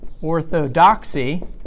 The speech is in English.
orthodoxy